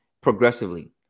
progressively